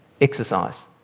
exercise